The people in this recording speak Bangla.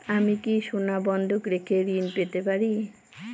আমি কি সোনা বন্ধক রেখে ঋণ পেতে পারি?